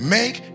Make